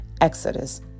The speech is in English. Exodus